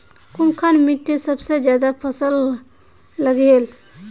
कुनखान मिट्टी सबसे ज्यादा फसल उगहिल?